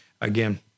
again